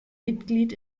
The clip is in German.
mitglied